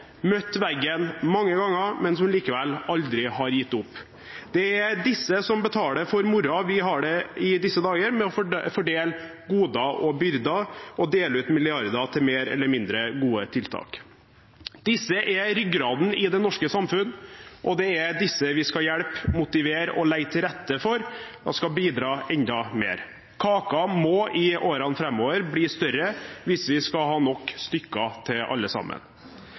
møtt veggen mange ganger, men som likevel aldri har gitt opp. Det er disse som betaler for moroa vi har i disse dager med å fordele goder og byrder og dele ut milliarder til mer eller mindre gode tiltak. Disse er ryggraden i det norske samfunn, og det er disse vi skal hjelpe, motivere og legge til rette for skal bidra enda mer. Kaken må i årene framover bli større hvis vi skal ha nok stykker til alle sammen.